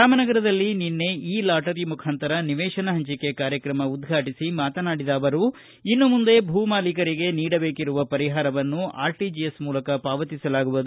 ರಾಮನಗರದಲ್ಲಿ ನಿನ್ನೆ e lottery ಮುಖಾಂತರ ನಿವೇಶನ ಹಂಚಿಕೆ ಕಾರ್ಯಕ್ರಮ ಉದ್ವಾಟಿಸಿ ಮಾತನಾಡಿದ ಅವರು ಇನ್ನು ಮುಂದೆ ಭೂ ಮಾಲೀಕರಿಗೆ ನೀಡಬೇಕಿರುವ ಪರಿಹಾರವನ್ನು ಆರ್ಟಿಜಿಎಸ್ ಮೂಲಕ ಪಾವತಿಸಲಾಗುವುದು